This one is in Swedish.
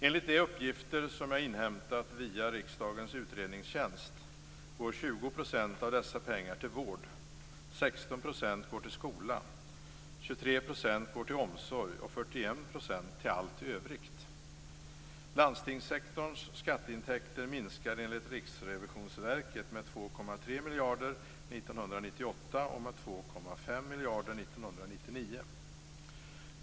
Enligt de uppgifter som jag har inhämtat via riksdagens utredningstjänst går 20 % av dessa pengar till vård, 16 % och med 2,5 miljarder kronor 1999.